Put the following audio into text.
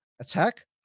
attack